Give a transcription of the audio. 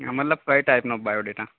મતલબ કઈ ટાઇપનો બાયોડેટા